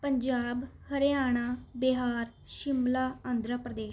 Punjab Haryana Bihar Shimla Andhra Pradesh